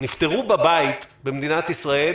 נפטרו בבית במדינת ישראל